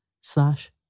slash